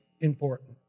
important